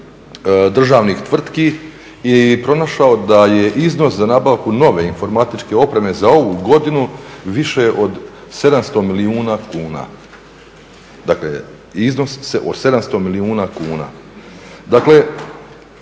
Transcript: državnih tvrtki i pronašao da je iznos za nabavku nove informatičke opreme za ovu godinu više od 700 milijuna kuna. Dakle, iznos od 700 milijuna kuna.